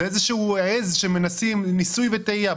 זו איזושהי עז, ניסוי ותעייה.